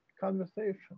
conversation